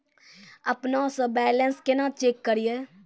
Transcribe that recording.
अपनों से बैलेंस केना चेक करियै?